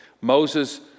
Moses